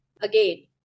again